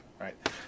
Right